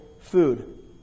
food